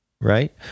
right